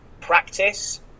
practice